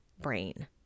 brain